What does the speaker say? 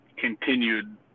continued